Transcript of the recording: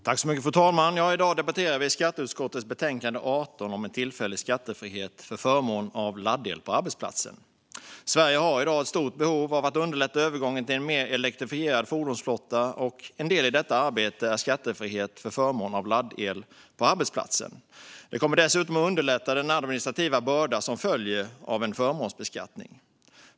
Fru talman! I dag debatterar vi skatteutskottets betänkande 18 om en tillfällig skattefrihet för förmån av laddel på arbetsplatsen. Sverige har i dag ett stort behov av att underlätta övergången till en mer elektrifierad fordonsflotta. En del i detta arbete är skattefrihet för förmån av laddel på arbetsplatsen. Det kommer dessutom att underlätta den administrativa börda som följer av en förmånsbeskattning.